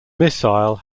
missile